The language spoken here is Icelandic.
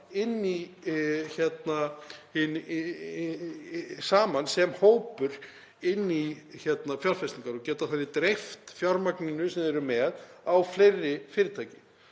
oft saman sem hópur inn í fjárfestingar og geta þannig dreift fjármagninu sem þeir eru með á fleiri fyrirtæki.